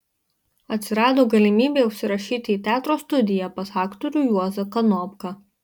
atsirado galimybė užsirašyti į teatro studiją pas aktorių juozą kanopką